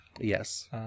Yes